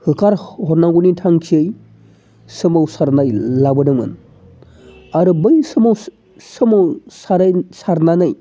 होखार हरनांगौनि थांखियै सोमावसारनाय लाबोदोंमोन आरो बै सोमावसारनानै